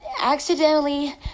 accidentally